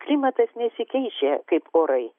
klimatas nesikeičia kaip orai